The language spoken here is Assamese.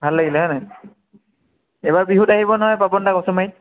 ভাল লাগিলে হয়নে এইবাৰ বিহুত আহিব নহয় পাপনদা কচুমাৰীত